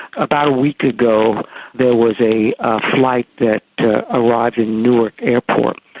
about a week ago there was a flight that arrived in newark airport,